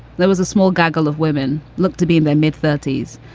there was a small gaggle of women looked to be in their mid thirties.